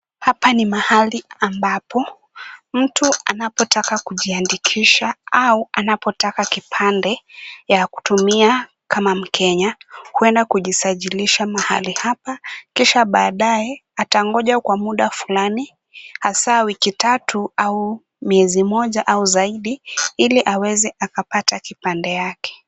Hapa ni mahali ambapo, mtu anapotaka kujiandikisha au anapotaka kipande ya kutumia kama mkenya huenda kujisajilisha mahali hapa, kisha baadae atangoja kwa muda fulani hasaa wiki tatu au miezi moja au zaidi, ili aweze akapata kipande yake.